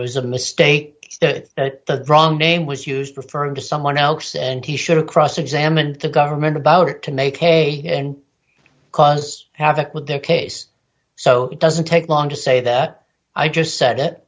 e a mistake that the wrong name was used refer to someone else and he should have cross examined the government about it to make a cause havoc with their case so it doesn't take long to say that i just said